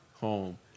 home